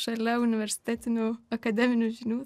šalia universitetinių akademinių žinių